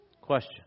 Question